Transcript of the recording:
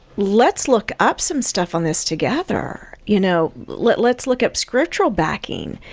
let's look up some stuff on this together, you know let's look up scriptural backing,